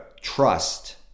trust